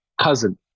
cousin